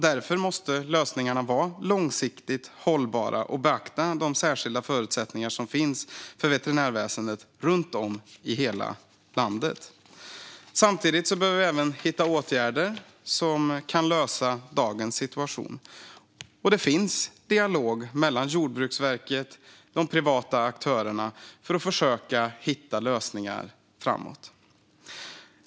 Därför måste lösningarna vara långsiktigt hållbara och beakta de särskilda förutsättningar som finns för veterinärväsendet i hela landet. Samtidigt behöver vi hitta åtgärder som kan lösa dagens situation. Det finns dialog mellan Jordbruksverket och de privata aktörerna för att man ska försöka hitta lösningar framåt.